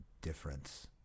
difference